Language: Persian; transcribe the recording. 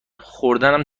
خوردنم